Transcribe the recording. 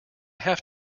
have